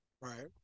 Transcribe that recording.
Right